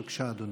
בבקשה, אדוני.